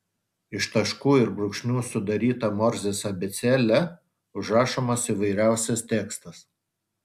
iš taškų ir brūkšnių sudaryta morzės abėcėle užrašomas įvairiausias tekstas